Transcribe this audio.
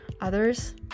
others